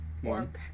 One